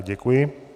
Děkuji.